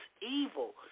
evil